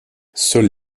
seules